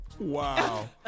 Wow